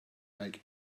make